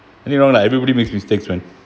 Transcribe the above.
any wrong like everybody makes mistakes when